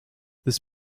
this